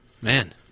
Man